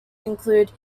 included